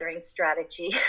strategy